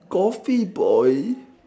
Coffee boy